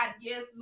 Yes